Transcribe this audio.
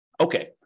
Okay